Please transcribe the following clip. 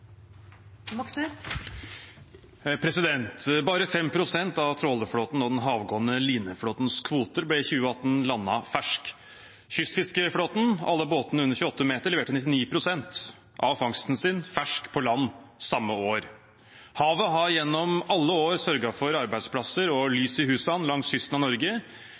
Bare 5 pst. av trålerflåten og den havgående lineflåtens kvoter ble i 2018 landet fersk. Kystfiskeflåten, alle båtene under 28 meter, leverte 99 pst. av fangsten sin fersk på land samme år. Havet har gjennom alle år sørget for arbeidsplasser og «lys i husan» langs kysten av Norge,